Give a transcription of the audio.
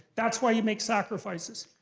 that's why you make sacrifices.